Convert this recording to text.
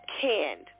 canned